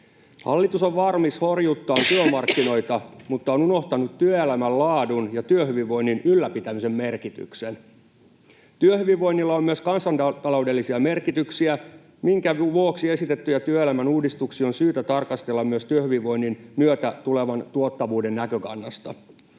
Hallitus on valmis horjuttamaan työmarkkinoita mutta on unohtanut työelämän laadun ja työhyvinvoinnin ylläpitämisen merkityksen. Työhyvinvoinnilla on myös kansantaloudellisia merkityksiä, minkä vuoksi esitettyjä työelämän uudistuksia on syytä tarkastella myös työhyvinvoinnin myötä tulevan tuottavuuden näkökannasta.